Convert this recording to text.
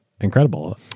incredible